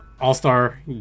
all-star